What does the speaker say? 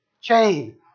chain